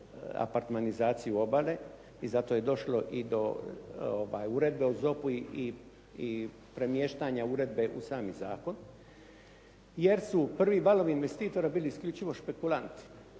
apartmanizaciju obale i zato je došlo do uredbe u ZOP-u i premještanja uredbe u sami zakon, jer su prvi valovi investitora bili isključivo špekulanti